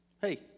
Hey